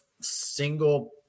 single